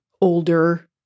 older